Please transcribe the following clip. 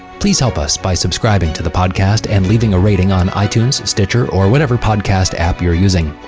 please help us by subscribing to the podcast and leaving a rating on itunes stitcher or whatever podcast app you're using.